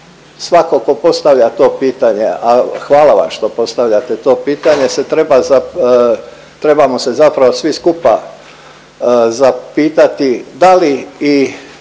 svako ko postavlja to pitanje, a hvala vam što postavljate to pitanje, trebamo se zapravo svi skupa zapitati da li i